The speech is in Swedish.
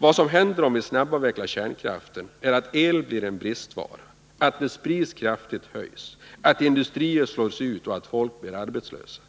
Vad som händer om vi snabbavvecklar kärnkraften är att el blir en bristvara, att dess pris höjs kraftigt, att industrier slås ut och att folk blir arbetslösa.